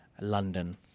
London